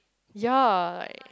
ya like